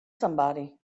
somebody